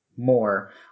more